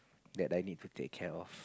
that I need to take care of